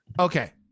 Okay